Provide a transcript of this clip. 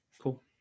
Cool